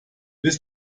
bis